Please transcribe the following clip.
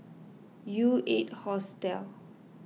U eight Hostel